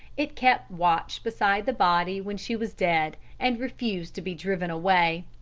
it kept watch beside the body when she was dead, and refused to be driven away.